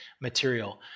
material